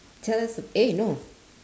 tell us eh no